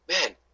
man